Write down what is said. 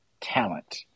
talent